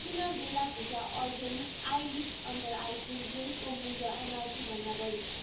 किन Bella Vita organic eyelift under eye cream जेलको मूल्य एमआरपी भन्दा बढी छ